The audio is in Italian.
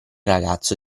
ragazzo